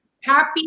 happy